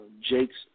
Jakes